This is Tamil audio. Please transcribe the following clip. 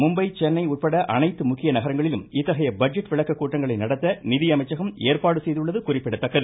மும்பை சென்னை உட்பட அனைத்து முக்கிய நகரங்களிலும் இத்தகைய பட்ஜெட் விளக்க கூட்டங்களை நடத்த நிதியமைச்சகம் ஏற்பாடு செய்துள்ளது குறிப்பிடத்தக்கது